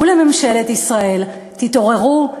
ולממשלת ישראל: תתעוררו,